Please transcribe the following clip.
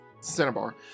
Cinnabar